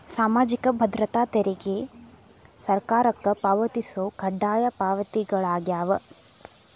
ಸಾಮಾಜಿಕ ಭದ್ರತಾ ತೆರಿಗೆ ಸರ್ಕಾರಕ್ಕ ಪಾವತಿಸೊ ಕಡ್ಡಾಯ ಪಾವತಿಗಳಾಗ್ಯಾವ